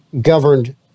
governed